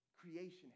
creation